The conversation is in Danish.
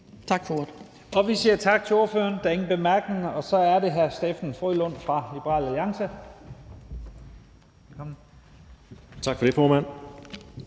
Tak for ordet.